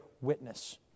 witness